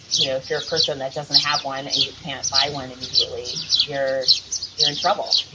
you know, if you're a person that doesn't have one and you can't buy one immediately, you're you're in trouble.